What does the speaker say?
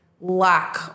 lack